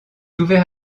ouvert